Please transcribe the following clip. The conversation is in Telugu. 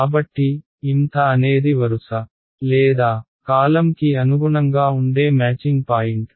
కాబట్టి mth అనేది వరుస లేదా కాలమ్కి అనుగుణంగా ఉండే మ్యాచింగ్ పాయింట్